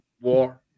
war